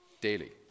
daily